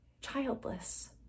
childless